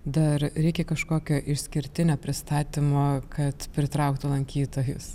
dar reikia kažkokio išskirtinio pristatymo kad pritrauktų lankytojus